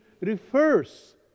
refers